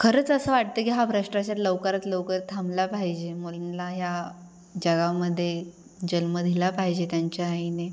खरंच असं वाटतं की हा भ्रष्टाचार लवकरात लवकर थांबला पाहिजे मुलीला ह्या जगामध्ये जन्म दिला पाहिजे त्यांच्या आईने